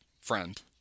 friend